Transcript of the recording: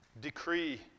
decree